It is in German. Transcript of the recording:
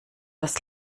das